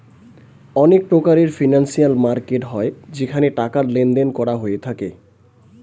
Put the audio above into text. অনেক প্রকারের financial market হয় যেখানে টাকার লেনদেন করা হয়ে থাকে